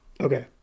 Okay